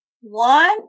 one